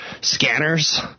scanners